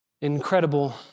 incredible